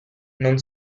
non